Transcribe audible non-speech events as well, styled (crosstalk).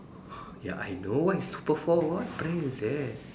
(breath) ya I know what is super four what brand is that